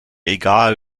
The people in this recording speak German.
egal